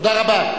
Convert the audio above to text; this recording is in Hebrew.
תודה רבה.